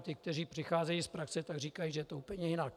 Ti, kteří přicházejí z praxe, říkají, že je to úplně jinak.